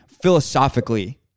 philosophically